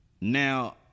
now